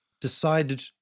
decided